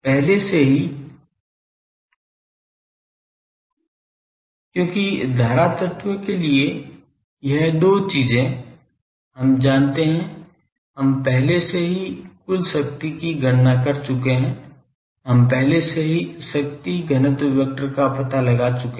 पहले से ही क्योंकि धारा तत्व के लिए यह दो चीजें हम जानते हैं हम पहले से ही कुल शक्ति की गणना कर चुके हैं हम पहले से ही शक्ति घनत्व वेक्टर का पता लगा चुके हैं